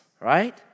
right